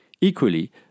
Equally